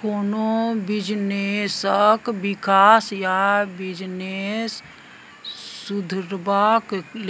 कोनो बिजनेसक बिकास या बिजनेस सुधरब